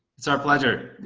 it's our pleasure.